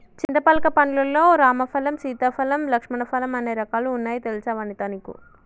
చింతపలక పండ్లు లల్లో రామ ఫలం, సీతా ఫలం, లక్ష్మణ ఫలం అనే రకాలు వున్నాయి తెలుసా వనితా నీకు